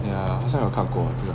ya 好像有看过 eh 这个